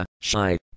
Shy